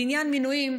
בעניין מינויים,